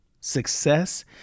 Success